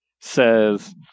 says